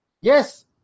Yes